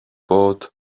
bod